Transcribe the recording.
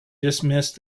dismissed